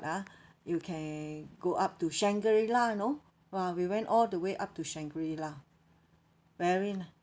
ah you can go up to shangri-la you know !wah! we went all the way up to shangri-la very nice